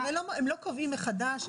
הם לא קובעים פה עכשיו,